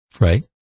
Right